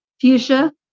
Fuchsia